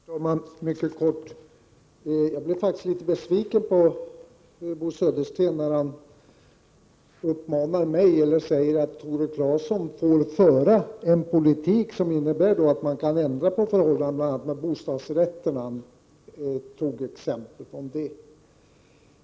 Herr talman! Mycket kort. Jag blev faktiskt litet besviken på Bo Södersten när han sade att Tore Claeson får föra en politik som innebär att man skall ändra på förhållandena med bostadsrätter. Han tog ett sådant exempel.